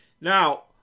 Now